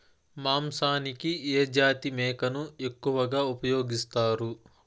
మాంసానికి ఏ జాతి మేకను ఎక్కువగా ఉపయోగిస్తారు?